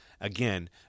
Again